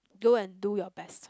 go and do your best